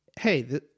hey